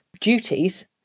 duties